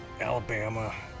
Alabama